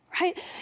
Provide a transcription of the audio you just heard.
right